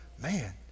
man